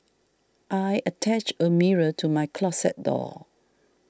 I attached a mirror to my closet door